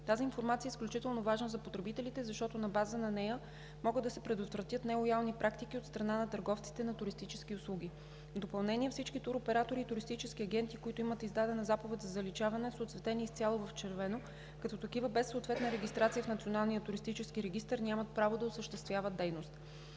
Тази информация е изключително важна за потребителите, защото на база на нея могат да се предотвратят нелоялни практики от страна на търговците на туристически услуги. В допълнение – всички туроператори и туристически агенти, които имат издадена заповед за заличаване, са оцветени изцяло в червено, като такива без съответна регистрация в Националния туристически